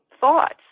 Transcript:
thoughts